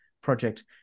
project